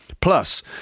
Plus